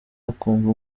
akumva